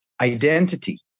identity